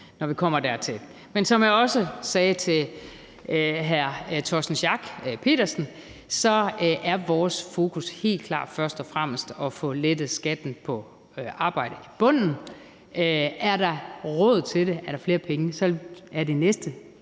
Men som jeg også sagde til hr. Torsten Schack Pedersen, er vores fokus helt klart først og fremmest at få lettet skatten på arbejde i bunden. Er der råd til det, og er der flere penge, så er det næste